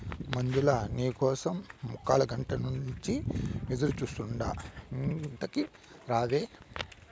మంజులా, నీ కోసం ముక్కాలగంట నుంచి ఎదురుచూస్తాండా ఎంతకీ రావాయే